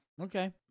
Okay